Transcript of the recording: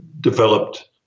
developed